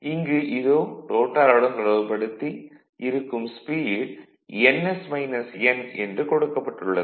இங்கு இதோ ரோட்டாருடன் தொடர்புபடுத்தி இருக்கும் ஸ்பீடு ns - n என்று கொடுக்கப்பட்டுள்ளது